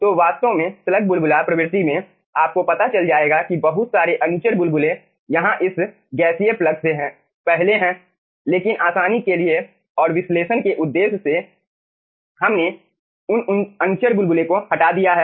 तो वास्तव में स्लग बुलबुला प्रवृत्ति में आपको पता चल जाएगा कि बहुत सारे अनुचर बुलबुले यहाँ इस गैसीय प्लग से पहले हैं लेकिन आसानी के लिए और विश्लेषण के उद्देश्य से हमने उन अनुचर बुलबुले को हटा दिया है